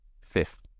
fifth